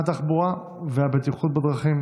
עברה בקריאה ראשונה,